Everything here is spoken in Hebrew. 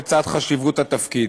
בצד חשיבות התפקיד.